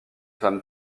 femme